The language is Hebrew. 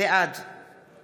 בעד